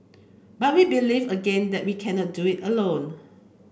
but we believe again that we cannot do it alone